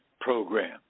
program